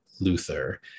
Luther